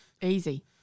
Easy